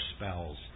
spells